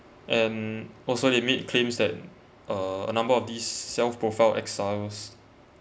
and also it made claims that uh a number of these self-profiled exiles